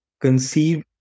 conceive